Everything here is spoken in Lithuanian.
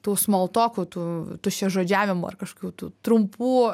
tų smoltokų tų tuščiažodžiavimų ar kažkokių tų trumpų